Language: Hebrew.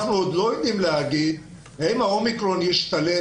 אנחנו עוד לא יודעים להגיד האם ה-אומיקרון ישתלט